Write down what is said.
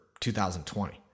2020